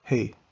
Hey